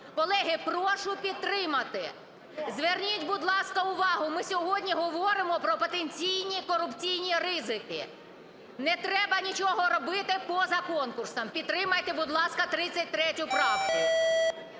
Колеги, прошу підтримати. Зверніть, будь ласка, увагу, ми сьогодні говоримо про потенційні корупційні ризики. Не треба нічого робити поза конкурсом. Підтримайте, будь ласка, 33 правку.